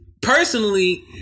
Personally